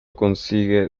consigue